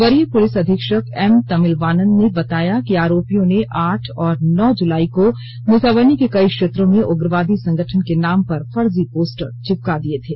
वरीय पुलिस अधीक्षक एम तमिलवानंद ने बताया कि आरोपियों ने आठ और नौ जुलाई को मुसाबनी के कई क्षेत्रों में उग्रवादी संगठन के नाम पर फर्जी पोस्टर चिपका दिए थे